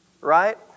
right